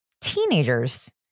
teenagers